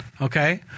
Okay